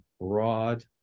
broad